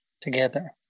together